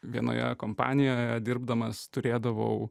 vienoje kompanijoje dirbdamas turėdavau